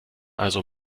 also